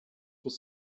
was